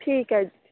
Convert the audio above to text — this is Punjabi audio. ਠੀਕ ਹੈ